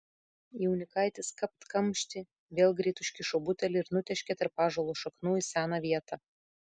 jaunikaitis kapt kamštį vėl greit užkišo butelį ir nutėškė tarp ąžuolo šaknų į seną vietą